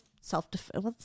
self-defense